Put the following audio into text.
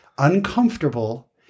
uncomfortable